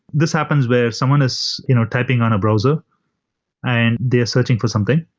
this happens where someone is you know typing on a browser and they are searching for something.